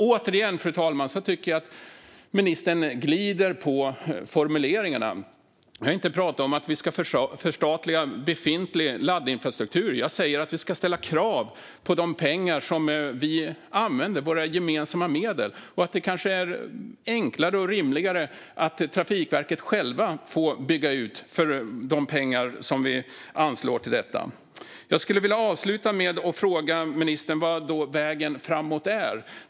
Återigen, fru talman, tycker jag att ministern glider på formuleringarna. Vi har inte talat om att förstatliga befintlig laddinfrastruktur. Jag säger att vi ska ställa krav på hur pengarna används, våra gemensamma medel, och att det kanske är enklare och rimligare att Trafikverket självt får bygga ut för de pengar som vi anslår. Jag skulle vilja avsluta med att fråga ministern vad vägen framåt är.